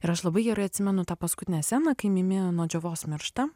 ir aš labai gerai atsimenu tą paskutinę sceną kai mimi nuo džiovos miršta